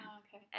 okay